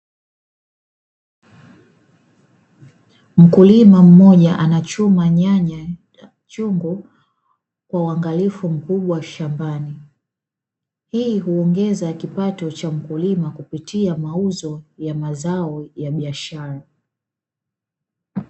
Mkulima mmoja anachuma nyanya chungu kwa uangalifu mkubwa shambani. Hii huongeza kipato cha mkulima kupitia mauzo ya mazao ya biashara.